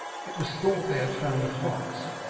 it was thought they had found a fox,